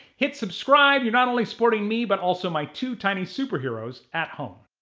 hit subscribe, you're not only supporting me but also my two tiny superheroes at home.